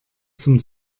zum